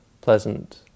pleasant